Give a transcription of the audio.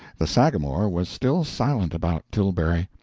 the sagamore was still silent about tilbury.